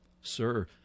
Sir—